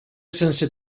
sense